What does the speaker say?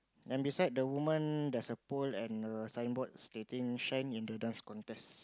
then beside the woman there's a pole and a signboard stating shine in the Dance Contest